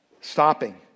stopping